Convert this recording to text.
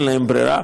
אין להם ברירה.